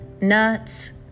nuts